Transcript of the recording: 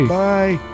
bye